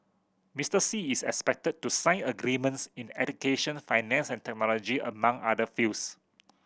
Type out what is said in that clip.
Mister Xi is expected to sign agreements in education finance and technology among other fields